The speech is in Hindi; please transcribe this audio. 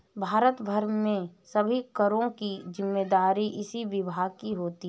भारत भर में सभी करों की जिम्मेदारी इसी विभाग की होती है